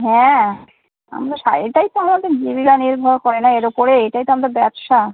হ্যাঁ আমরা সা এটাই তো আমাদের জীবিকা নির্ভর করে না এর ওপরে এটাই তো আমাদের ব্যবসা